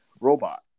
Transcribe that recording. Robot